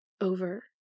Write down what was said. over